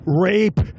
rape